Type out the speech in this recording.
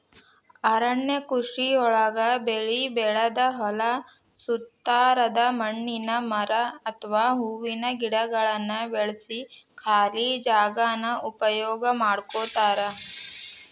ಅರಣ್ಯ ಕೃಷಿಯೊಳಗ ಬೆಳಿ ಬೆಳದ ಹೊಲದ ಸುತ್ತಾರದ ಹಣ್ಣಿನ ಮರ ಅತ್ವಾ ಹೂವಿನ ಗಿಡಗಳನ್ನ ಬೆಳ್ಸಿ ಖಾಲಿ ಜಾಗಾನ ಉಪಯೋಗ ಮಾಡ್ಕೋತಾರ